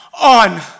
on